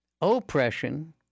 oppression